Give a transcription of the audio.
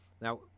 Now